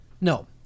No